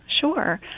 Sure